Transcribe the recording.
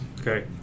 Okay